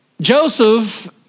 Joseph